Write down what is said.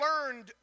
learned